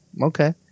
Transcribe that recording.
okay